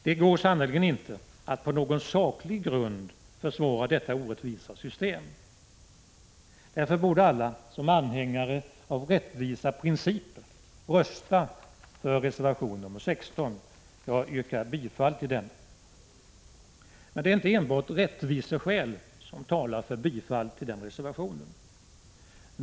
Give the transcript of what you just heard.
Det går sannerligen inte att på någon saklig grund försvara detta orättvisa system. Därför borde alla som är anhängare av rättvisa principer rösta för reservation nr 16. Jag yrkar bifall till denna. Men det är inte enbart rättviseskäl som talar för ett bifall till reservationen.